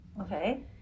Okay